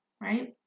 right